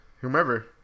Whomever